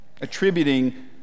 attributing